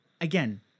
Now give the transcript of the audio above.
Again